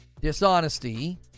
dishonesty